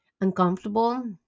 uncomfortable